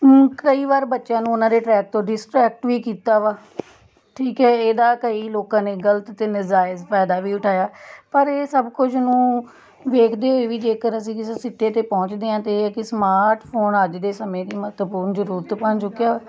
ਕਈ ਵਾਰ ਬੱਚਿਆਂ ਨੂੰ ਉਹਨਾਂ ਦੇ ਟ੍ਰੈਕ ਤੋਂ ਡਿਸਟ੍ਰੈਕਟ ਵੀ ਕੀਤਾ ਵਾ ਠੀਕ ਹੈ ਇਹਦਾ ਕਈ ਲੋਕਾਂ ਨੇ ਗਲਤ ਅਤੇ ਨਜਾਇਜ਼ ਫਾਇਦਾ ਵੀ ਉਠਾਇਆ ਪਰ ਇਹ ਸਭ ਕੁਝ ਨੂੰ ਵੇਖਦੇ ਹੋਏ ਵੀ ਜੇਕਰ ਅਸੀਂ ਕਿਸੇ ਸਿੱਟੇ 'ਤੇ ਪਹੁੰਚਦੇ ਹਾਂ ਤਾਂ ਇਹ ਕਿ ਸਮਾਰਟਫੋਨ ਅੱਜ ਦੇ ਸਮੇਂ ਦੀ ਮਹੱਤਵਪੂਰਨ ਜ਼ਰੂਰਤ ਬਣ ਚੁੱਕਿਆ